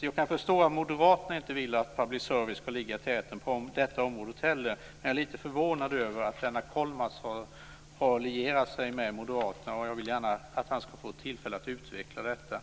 Jag kan förstå att moderaterna inte vill att public service ska ligga i täten på detta område heller, men jag är lite förvånad över att Lennart Kollmats har lierat sig med dem. Jag vill gärna att han ska få tillfälle att utveckla detta.